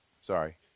Sorry